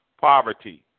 poverty